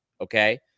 okay